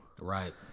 Right